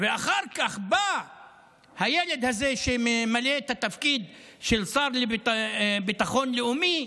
ואחר כך בא הילד הזה שממלא את התפקיד של שר לביטחון לאומי,